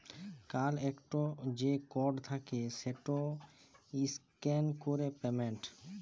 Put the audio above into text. কাল ইকট যে কড থ্যাকে সেট ইসক্যান ক্যরে পেমেল্ট